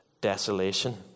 desolation